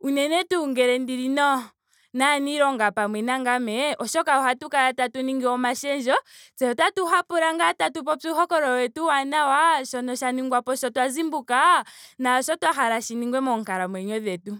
unene tuu ngele ndili pamwe naanilonga pamwe nangame oshoka ohatu kala tatu ningi omashendjo tse tatu hapula ngaa tatu popi uuhokololo wetu uuwanawa. shono sha ningwapo sho twa zimbuka. naasho twa hala shi ningwe moonkalamwenyo dhetu.